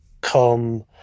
come